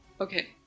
Okay